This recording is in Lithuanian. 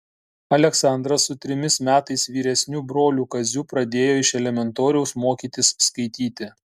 aleksandras su trimis metais vyresniu broliu kaziu pradėjo iš elementoriaus mokytis skaityti